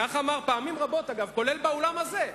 פעמים רבות אגב, וגם באולם הזה,